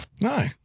No